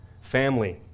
family